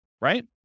right